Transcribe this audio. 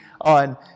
on